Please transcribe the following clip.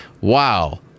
Wow